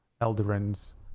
Eldarin's